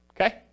okay